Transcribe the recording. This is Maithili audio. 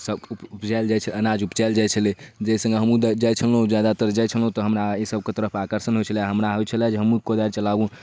सब उपजाएल जाइ छ्लै अनाज उपजाएल जाइ छ्लै जाहि सङ्गे हमहूँ जाइ छलहुँ ज्यादातर जाइ छलहुँ तऽ हमरा एहिसबके तरफ आकर्षण होइ छलै हमरा होइ छलै जे हमहूँ कोदारि चलाबू